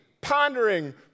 pondering